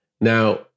Now